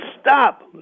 stop